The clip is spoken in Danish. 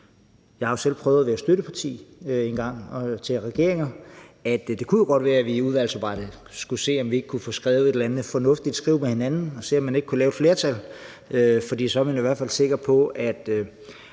jeg har jo selv prøvet at være støtteparti til regeringer engang – at det godt kunne være, at vi i udvalgsarbejdet skulle se, om vi ikke kunne få skrevet et eller andet fornuftigt skriv med hinanden og se på, om man ikke kunne lave et flertal. For så er man i hvert fald sikker på, at